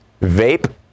Vape